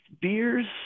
beers